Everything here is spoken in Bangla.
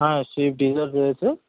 হ্যাঁ সুইফ্ট ডিজায়ার রয়েছে